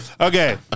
Okay